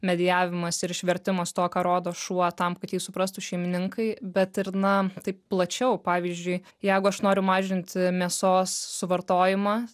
medijavimas ir išvertimas to ką rodo šuo tam kad jį suprastų šeimininkai bet ir na taip plačiau pavyzdžiui jeigu aš noriu mažinti mėsos suvartojimą